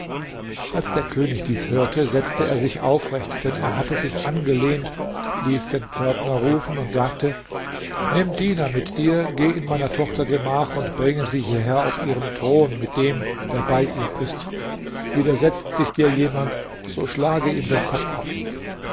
als der könig dies hörte setzte er sich aufrecht denn er hatte sich angelehnt ließ den pförtner rufen und sagte nimm diener mit dir geh in meiner tochter gemach und bring sie hierher auf ihrem thron mit dem der bei ihr ist widersetzt sich dir jemand so schlage ihm den kopf ab